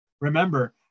remember